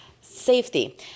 safety